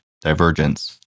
divergence